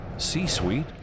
C-Suite